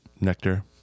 nectar